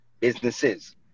businesses